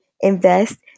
invest